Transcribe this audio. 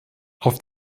auf